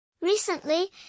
Recently